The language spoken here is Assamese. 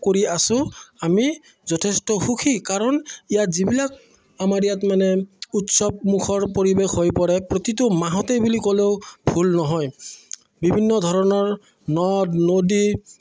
কৰি আছোঁ আমি যথেষ্ট সুখী কাৰণ ইয়াত যিবিলাক আমাৰ ইয়াত মানে উৎসৱমুখৰ পৰিৱেশ হৈ পৰে প্ৰতিটো মাহঁতেই বুলি ক'লেও ভুল নহয় বিভিন্ন ধৰণৰ নদ নদী